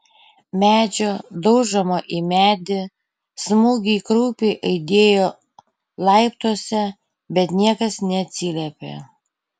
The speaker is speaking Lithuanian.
medžio daužomo į medį smūgiai kraupiai aidėjo laiptuose bet niekas neatsiliepė